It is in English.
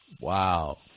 Wow